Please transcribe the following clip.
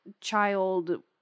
child